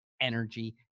energy